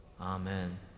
Amen